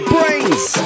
Brains